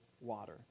water